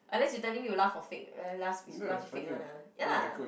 unless you telling me you laugh for fake laugh is fake [one] ah ya lah